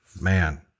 Man